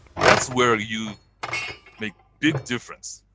that's where you make big difference.